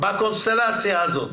בקונסטלציה הזאת,